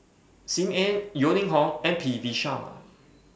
SIM Ann Yeo Ning Hong and P V Sharma